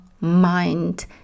mind